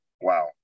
wow